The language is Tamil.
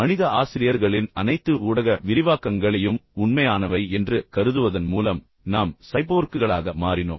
மனித ஆசிரியர்களின் அனைத்து ஊடக விரிவாக்கங்களையும் உண்மையானவை என்று கருதுவதன் மூலம் நாம் சைபோர்க்குகளாக மாறினோம்